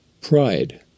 Pride